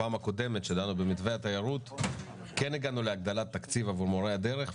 אחת המובילות של המתווה לפתרון עבור נשים בהיריון,